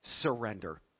surrender